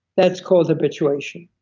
that's called habituation.